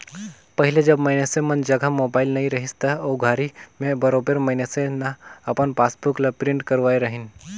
पहिले जब मइनसे मन जघा मोबाईल नइ रहिस हे ओघरी में बरोबर मइनसे न अपन पासबुक ल प्रिंट करवाय रहीन